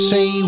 Say